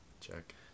Check